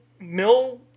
Mill